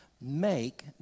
make